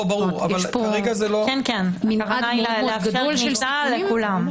המטרה היא לאפשר כניסה לכולם.